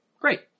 Great